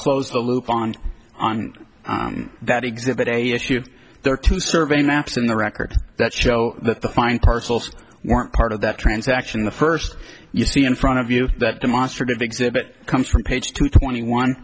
close the loop on on that exhibit a if you are to survey maps in the record that show that the fine parcels weren't part of that transaction the first you see in front of you that demonstrative exhibit comes from page two twenty one